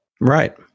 Right